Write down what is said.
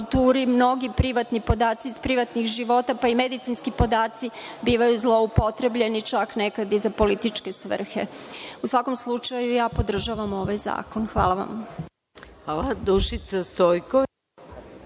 mnogi privatni podaci iz privatnih života, pa i medicinski podaci, bivaju zloupotrebljeni čak nekad i za političke svrhe. U svakom slučaju, podržavam ovaj zakon. Hvala vam.